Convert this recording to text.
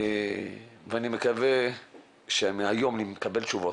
אני מקווה שהיום נקבל תשובות.